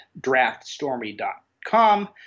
draftstormy.com